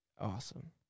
awesome